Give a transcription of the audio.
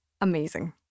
Amazing